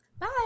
Bye